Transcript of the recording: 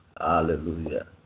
Hallelujah